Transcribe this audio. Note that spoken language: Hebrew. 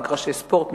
מגרשי ספורט,